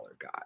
guy